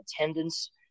attendance